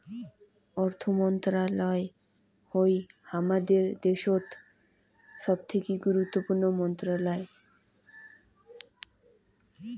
অর্থ মন্ত্রণালয় হউ হামাদের দ্যাশোত সবথাকি গুরুত্বপূর্ণ মন্ত্রণালয়